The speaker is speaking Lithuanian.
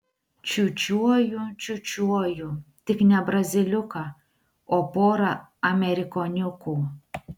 čiūčiuoju čiūčiuoju tik ne braziliuką o porą amerikoniukų